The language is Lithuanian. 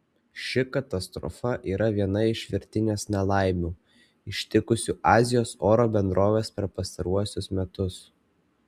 ši katastrofa yra viena iš virtinės nelaimių ištikusių azijos oro bendroves per pastaruosius metus